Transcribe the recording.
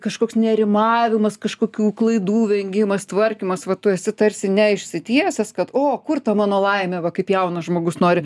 kažkoks nerimavimas kažkokių klaidų vengimas tvarkymas va tu esi tarsi ne išsitiesęs kad o kur ta mano laimė va kaip jaunas žmogus nori